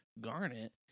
Garnet